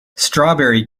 strawberry